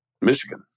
Michigan